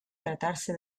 tratarse